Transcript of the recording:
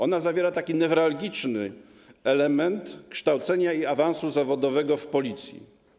Ona zawiera taki newralgiczny element kształcenia i awansu zawodowego w Policji.